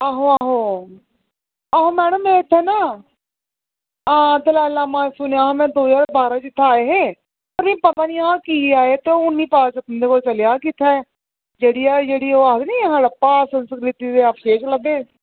आहो आहो आहो मैडम में इत्थै न आं दलाई लामा होर में सुनेआं हा में के दो ज्हार बारां च इत्थै आए हे पता नीं हा कि आए हे ते हून मिगी तुं'दे कोला पता चलेआ जेह्ड़ी ओह् आखदे हड़प्पा संस्कृति दे अवशेश लब्भे